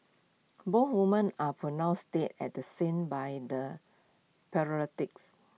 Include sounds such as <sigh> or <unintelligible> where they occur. both women are pronounced dead at the scene by the <unintelligible>